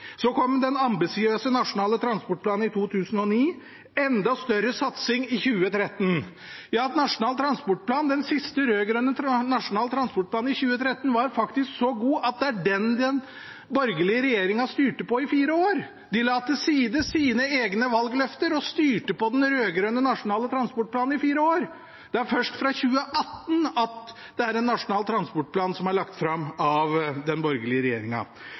Så kom den ambisiøse nasjonale transportplanen i 2009, enda større satsing i 2013. Ja, den siste rød-grønne transportplanen i 2013 var faktisk så god at den borgerlige regjeringen styrte på den i fire år. De la til side sine egne valgløfter og styrte på den rød-grønne nasjonale transportplanen i fire år. Det var først fra 2018 at en nasjonal transportplan ble lagt fram av den borgerlige